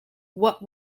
what